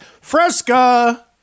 Fresca